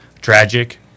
tragic